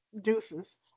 Deuces